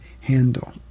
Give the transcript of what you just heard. handle